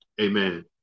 Amen